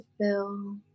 fill